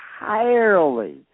entirely